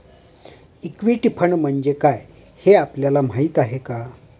Equity fund म्हणजे काय, हे आपल्याला माहीत आहे का?